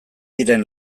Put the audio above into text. diren